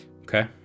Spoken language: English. Okay